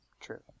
True